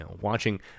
watching